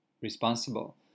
responsible